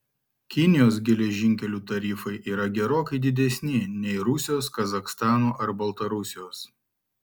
kinijos geležinkelių tarifai yra gerokai didesni nei rusijos kazachstano ar baltarusijos